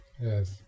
yes